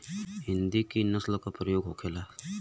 हिंदी की नस्ल का प्रकार के होखे ला?